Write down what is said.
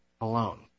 alone